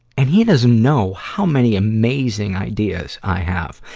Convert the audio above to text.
and he doesn't know how many amazing ideas i have.